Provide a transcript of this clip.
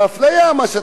מה שאתה מדבר,